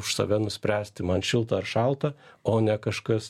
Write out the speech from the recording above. už save nuspręsti man šilta ar šalta o ne kažkas